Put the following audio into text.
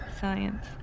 Science